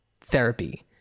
therapy